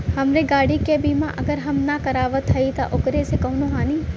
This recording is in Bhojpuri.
हमरे गाड़ी क बीमा अगर हम ना करावत हई त ओकर से कवनों हानि?